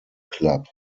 club